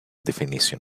definition